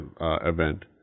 event